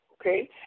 Okay